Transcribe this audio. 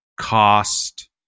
cost